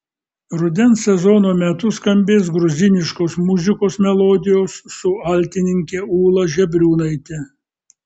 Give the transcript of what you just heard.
rudens sezono metu skambės gruziniškos muzikos melodijos su altininke ūla žebriūnaite